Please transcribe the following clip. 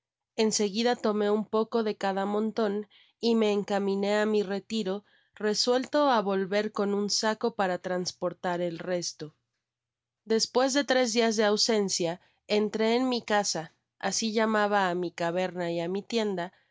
en seguida tomé un poco de cada monton y me encaminé á mi retiro resuelto á volver con un saco para transé portar el resto despues de tres dias de ausencia entré en mi casa asi llamaba á mi caverna y á mi tienda